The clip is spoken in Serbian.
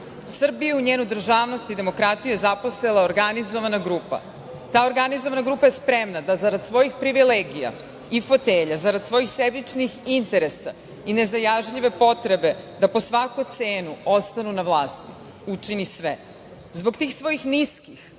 njenu državnost i demokratiju zaposela je organizovana grupa. Ta organizovan grupa je spremna da zarad svojih privilegija i fotelja, zarad svojih sebičnih interesa i nezajažljive potrebe da po svaku cenu ostanu na vlasti učini sve. Zbog tih svojih niskih,